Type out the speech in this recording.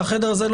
מהחדר הזה,